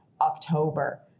October